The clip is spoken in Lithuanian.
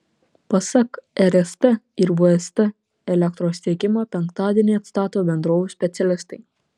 pasak rst ir vst elektros tiekimą penktadienį atstato bendrovių specialistai